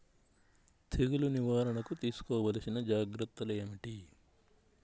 తెగులు నివారణకు తీసుకోవలసిన జాగ్రత్తలు ఏమిటీ?